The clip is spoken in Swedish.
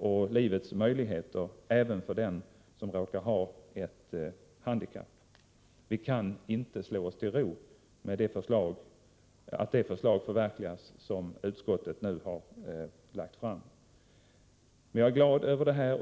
och livets möjligheter även för den som har ett handikapp. Vi kan inte slå oss till ro med att det förslag förverkligas som utskottet nu har lagt fram. Men jag är glad över det.